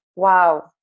wow